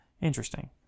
Interesting